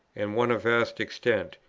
and one of vast extent,